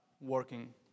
working